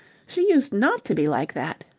she used not to be like that.